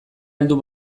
heldu